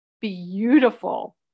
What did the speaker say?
beautiful